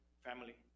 family